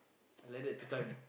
I like that two time